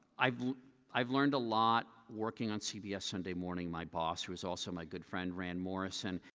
i've i've learned a lot working on cbs sunday morning, my boss was also my good friend, rand morrison,